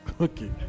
okay